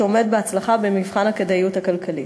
שעומד בהצלחה במבחן הכדאיות הכלכלית.